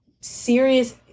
serious